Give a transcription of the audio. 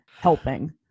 helping